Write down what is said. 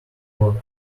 work